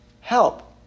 help